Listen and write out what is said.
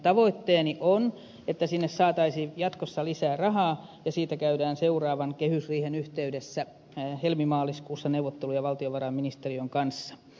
tavoitteeni on että sinne saataisiin jatkossa lisää rahaa ja siitä käydään seuraavan kehysriihen yhteydessä helmimaaliskuussa neuvotteluja valtiovarainministeriön kanssa